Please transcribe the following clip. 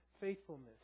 faithfulness